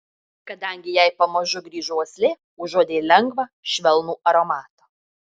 kadangi jai pamažu grįžo uoslė užuodė lengvą švelnų aromatą